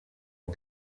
und